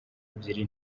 ebyiri